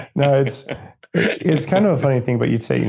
no it's it's kind of a funny thing. but you'd say,